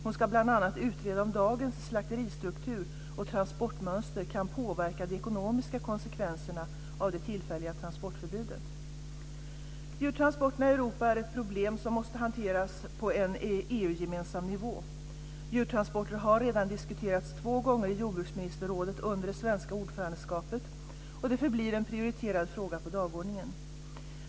Hon ska bl.a. utreda om dagens slakteristruktur och transportmönster kan påverka de ekonomiska konsekvenserna av det tillfälliga transportförbudet. Djurtransporterna i Europa är ett problem som måste hanteras på en EU-gemensam nivå. Djurtransporter har redan diskuterats två gånger i jordbruksministerrådet under det svenska ordförandeskapet, och det förblir en prioriterad fråga på dagordningen.